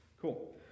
Cool